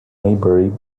maybury